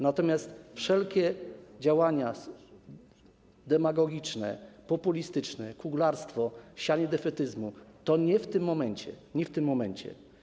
Natomiast wszelkie działania demagogiczne, populistyczne, kuglarstwo, sianie defetyzmu to nie w tym momencie, nie w tym momencie.